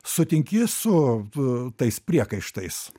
sutinki su tais priekaištais